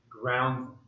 ground